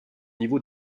niveau